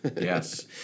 Yes